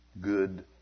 good